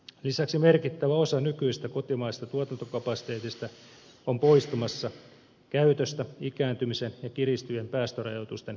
lisäksi merkittävä osa nykyisestä kotimaisesta tuotantokapasiteetista on poistumassa käytöstä ikääntymisen ja kiristyvien päästörajoitusten seurauksena